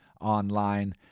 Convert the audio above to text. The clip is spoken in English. online